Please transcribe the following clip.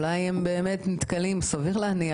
אולי הם באמת נתקלים -- סביר להניח,